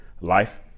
life